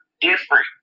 different